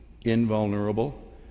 invulnerable